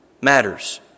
matters